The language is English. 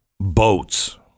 boats